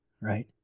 right